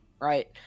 right